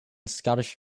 scottish